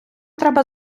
треба